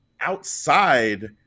outside